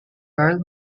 karl